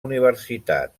universitat